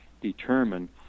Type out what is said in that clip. determine